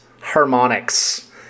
harmonics